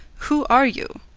who are you?